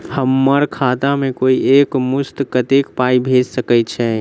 हम्मर खाता मे कोइ एक मुस्त कत्तेक पाई भेजि सकय छई?